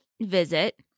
visit